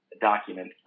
document